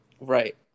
right